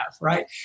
right